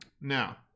Now